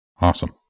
Awesome